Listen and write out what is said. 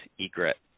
Egret